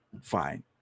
Fine